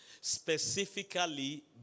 specifically